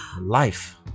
life